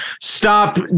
stop